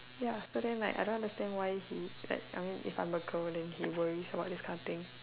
ya so then like I don't understand why he like I mean if I'm a girl then he worries about this kind of thing